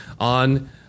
On